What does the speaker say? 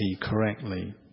correctly